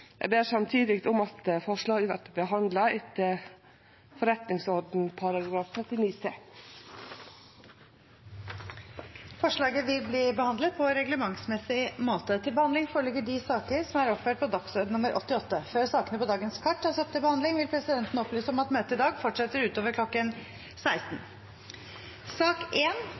ber samtidig om at forslaget vert behandla etter § 39 c i forretningsordenen. Forslaget vil bli behandlet på reglementsmessig måte. Før sakene på dagens kart tas opp til behandling, vil presidenten opplyse om at møtet i dag fortsetter utover kl. 16.